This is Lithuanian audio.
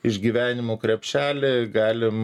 išgyvenimo krepšelį galim